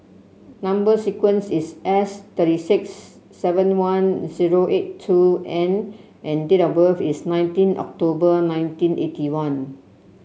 number sequence is S thirty six seven one zero eight two N and date of birth is nineteen October nineteen eighty one